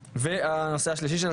והנושא השלישי שעל